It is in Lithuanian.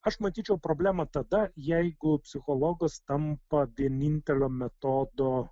aš matyčiau problemą tada jeigu psichologas tampa vienintelio metodo